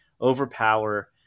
overpower